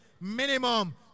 Minimum